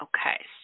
Okay